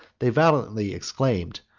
they valiantly exclaimed,